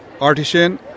artisan